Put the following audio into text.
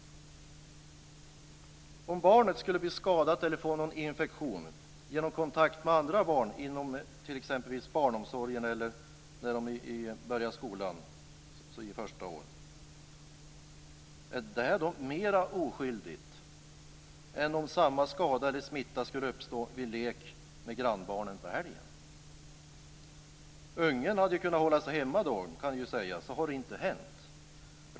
Om ett barn skulle bli skadat eller få någon infektion genom kontakt med andra barn exempelvis inom barnomsorgen eller vid skolstarten, är det då mera "oskyldigt" än om samma skada eller smitta skulle uppstå vid lek med grannbarnen under helgen? Ungen hade ju då kunnat hålla sig hemma, kan det sägas, och då hade det inte hänt.